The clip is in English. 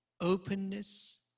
openness